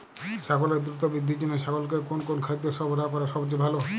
ছাগলের দ্রুত বৃদ্ধির জন্য ছাগলকে কোন কোন খাদ্য সরবরাহ করা সবচেয়ে ভালো?